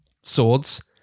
swords